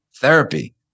therapy